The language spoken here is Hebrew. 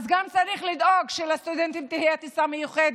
אז צריך לדאוג שגם לסטודנטים תהיה טיסה מיוחדת,